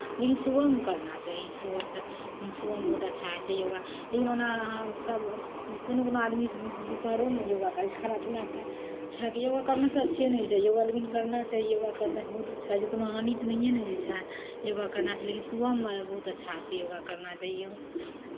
लेकिन सुबहमे करना चाही सुबह सुबहमे बहुत अच्छा होइ छै योगा लेकिन ओनासभ कोनो कोनो आदमी दुपहरोमे योगा करै छै खाना पीना खा कऽ योगा योगा करनेसँ अच्छे ने होइ छै योगा लेकिन करना चाहिए योगा करनासँ बहुत अच्छा होइ छै कोनो हानि तऽ नहिए ने होइ छै योगा करनासँ लेकिन सुबहमे बहुत अच्छा होइ छै योगा करना चाहिए